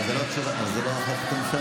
אבל זו לא החלטת הממשלה.